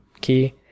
key